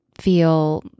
feel